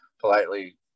politely